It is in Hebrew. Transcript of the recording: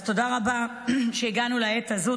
אז תודה רבה שהגענו לעת הזאת.